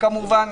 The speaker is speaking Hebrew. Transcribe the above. כמובן